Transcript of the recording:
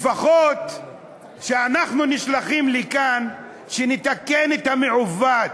לפחות כשאנחנו נשלחים לכאן, שנתקן את המעוות,